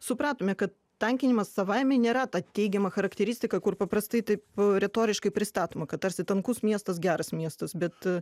supratome kad tankinimas savaime nėra ta teigiama charakteristika kur paprastai taip retoriškai pristatoma kad tarsi tankus miestas geras miestas bet